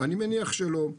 אני מניח שלא.